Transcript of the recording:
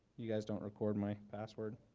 you guys don't record my password.